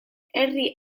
herri